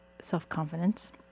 self-confidence